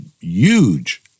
huge